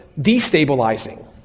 destabilizing